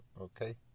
Okay